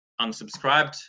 unsubscribed